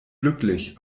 glücklich